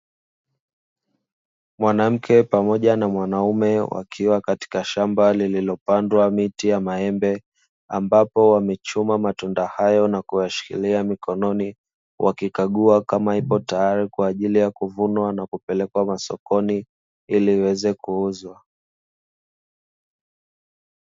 Mwanamke pamoja na mwanaume wakiwa katika shamba lilopandwa miti ya maembe ambapo wamechuma matunda hayo na kuyashikilia mikononi wakikagua kama ipo tayari kwa ajili ya kuvunwa na kupelekwa masokoni ili iweze kuuzwa.